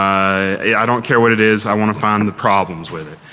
i don't care what it is, i want to find and the problems with it.